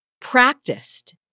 practiced